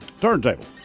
Turntable